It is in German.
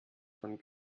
von